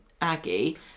Aggie